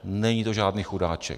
Není to žádný chudáček.